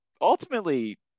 ultimately